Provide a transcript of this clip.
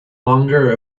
longer